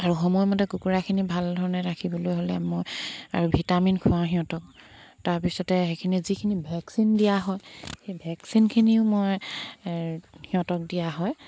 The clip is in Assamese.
আৰু সময়মতে কুকুৰাখিনি ভাল ধৰণে ৰাখিবলৈ হ'লে মই আৰু ভিটামিন খোৱাওঁ সিহঁতক তাৰপিছতে সেইখিনি যিখিনি ভেকচিন দিয়া হয় সেই ভেকচিনখিনিও মই সিহঁতক দিয়া হয়